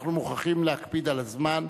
אנחנו מוכרחים להקפיד על הזמן.